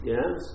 Yes